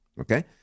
okay